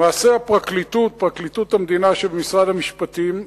למעשה, פרקליטות המדינה, של משרד המשפטים,